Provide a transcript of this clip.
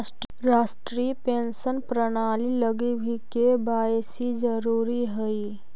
राष्ट्रीय पेंशन प्रणाली लगी भी के.वाए.सी जरूरी हई